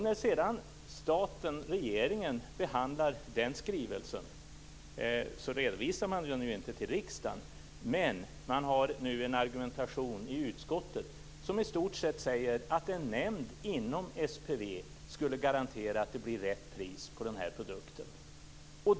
När sedan regeringen behandlar den skrivelsen redovisar man den inte till riksdagen, men man har en argumentation i utskottet som i stort sett säger att en nämnd inom SPV skulle garantera att det blir rätt pris på den här produkten.